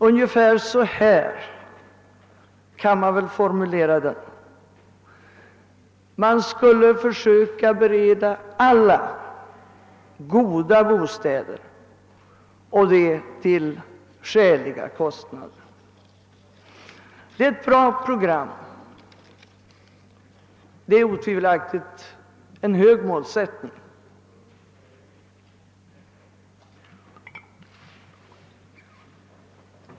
Ungefär så här kan vi väl formulera den: Man skulle försöka bereda alla goda bostäder till skäliga kostnader. Det är ett bra program, det är otvivelaktigt en hög målsättning.